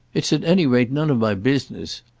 it's at any rate none of my business.